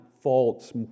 faults